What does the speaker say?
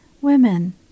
Women